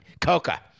Coca